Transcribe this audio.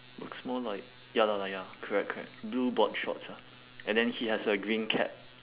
looks more like ya lah like ya correct correct blue board shorts ah and then he has a green cap